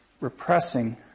repressing